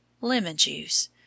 lemon-juice